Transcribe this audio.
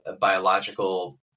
biological